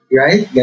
right